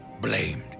Blamed